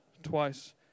twice